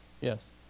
Yes